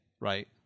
right